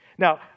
Now